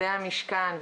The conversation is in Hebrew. עובדי המשכן,